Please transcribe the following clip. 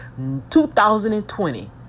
2020